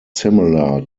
similar